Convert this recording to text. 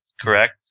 correct